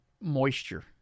moisture